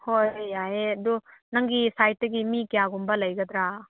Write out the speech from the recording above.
ꯍꯣꯏ ꯌꯥꯏꯌꯦ ꯑꯗꯣ ꯅꯪꯒꯤ ꯁꯥꯏꯠꯇꯒꯤ ꯃꯤ ꯀꯌꯥꯒꯨꯝꯕ ꯂꯩꯒꯗ꯭ꯔꯥ